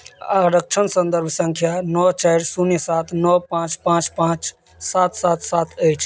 आरक्षण सन्दर्भ सङ्ख्या नओ चारि शून्य सात नओ पाँच पाँच पाँच सात सात सात अछि